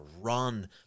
run